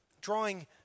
drawing